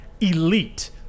elite